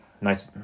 Nice